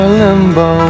limbo